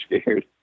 scared